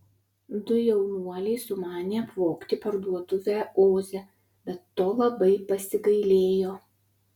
du jaunuoliai sumanė apvogti parduotuvę oze bet to labai pasigailėjo